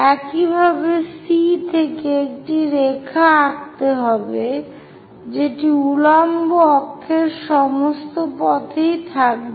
একইভাবে C থেকে একটি রেখা আঁকতে হবে যেটি উল্লম্ব অক্ষের সমস্ত পথেই থাকবে